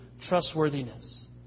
trustworthiness